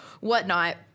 whatnot